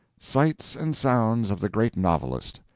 sights and sounds of the great novelist.